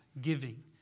giving